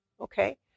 Okay